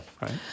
Right